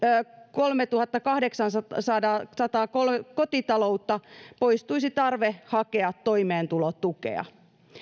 kolmeltatuhanneltakahdeksaltasadalta kotitaloudelta poistuisi tarve hakea toimeentulotukea